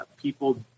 people